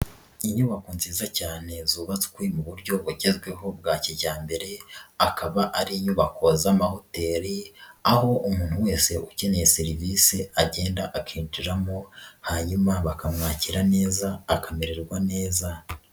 Inyubako nziza cyane zubakwe mu buryo bugezweho bwa kijyambere akaba ari inyubako z'amahoteli aho umuntu wese ukeneye serivisi agenda akinjiramo hanyuma bakamwakira neza akamererwa neza.